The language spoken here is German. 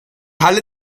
halle